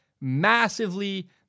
massively